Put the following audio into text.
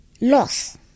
loss